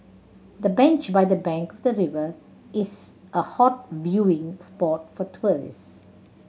the bench by the bank of the river is a hot viewing spot for tourist